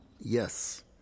yes